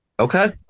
Okay